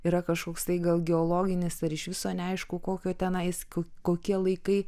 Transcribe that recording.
yra kažkoks tai gal geologinis ar iš viso neaišku kokio tenais kokie laikai